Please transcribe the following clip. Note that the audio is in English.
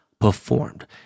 performed